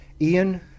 Ian